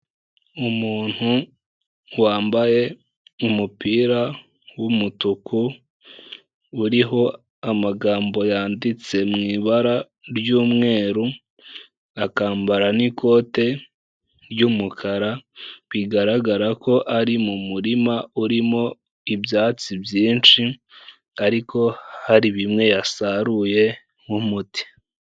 Umuntu wambaye umupira w'umutuku uriho amagambo yanditse mu ibara ry'umweru, akambara n'ikote ry'umukara, bigaragara ko ari mu murima urimo ibyatsi byinshi ariko hari bimwe yasaruye nk'umuti.